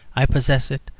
i possess it!